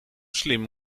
slim